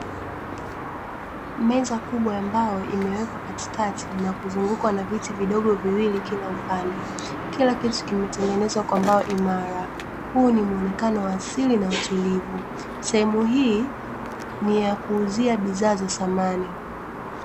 Meza kubwa ya mbao imewekwa katikati na kuzungukwa viti vidogo viwili kila upande. Kila kitu kimetengenezwa kwa mabao imara. Huu ni muonekano wa asili na utulivu. Sehemu hii ni ya kuuzia bidhaa za samani.